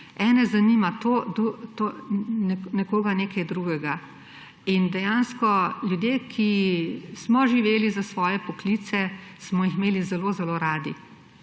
Ene zanima to, nekoga nekaj drugega. In dejansko ljudje, ki smo živeli za svoje poklice, smo jih imeli zelo zelo radi.